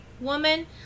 Woman